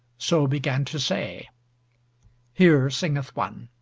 so began to say here singeth one